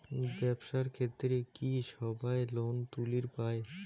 ব্যবসার ক্ষেত্রে কি সবায় লোন তুলির পায়?